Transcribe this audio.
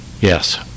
Yes